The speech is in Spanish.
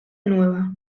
nueva